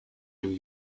new